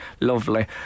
Lovely